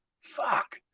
Fuck